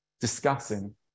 discussing